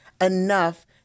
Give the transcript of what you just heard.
enough